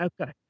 Okay